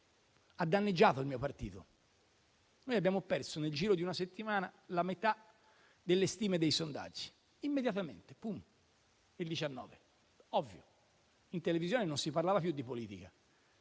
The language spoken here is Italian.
ha danneggiato il mio partito. Noi abbiamo perso nel giro di una settimana la metà delle stime dei sondaggi, immediatamente: il 19. Ovvio, in televisione non si parlava più di politica,